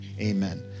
amen